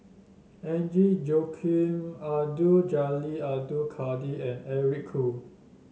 Agnes Joaquim Abdul Jalil Abdul Kadir and Eric Khoo